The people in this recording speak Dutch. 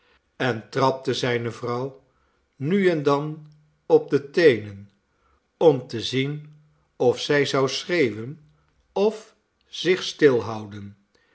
en trapte zijne vrouw nu en dan op de teenen om te zien of zij zou schreeuwen of zich